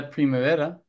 Primavera